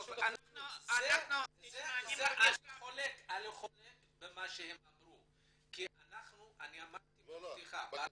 אני חולק על מה שהם אמרו, כי אמרתי בהתחלה,